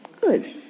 Good